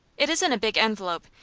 it is in a big envelope,